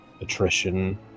attrition